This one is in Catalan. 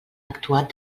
actuat